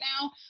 now